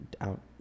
out